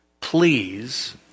Please